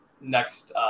next